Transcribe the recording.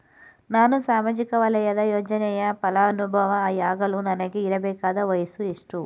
ನಾನು ಸಾಮಾಜಿಕ ವಲಯದ ಯೋಜನೆಯ ಫಲಾನುಭವಿ ಯಾಗಲು ನನಗೆ ಇರಬೇಕಾದ ವಯಸ್ಸು ಎಷ್ಟು?